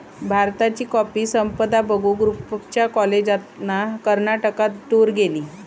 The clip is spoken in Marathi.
भारताची कॉफी संपदा बघूक रूपच्या कॉलेजातना कर्नाटकात टूर गेली